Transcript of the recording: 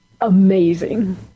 Amazing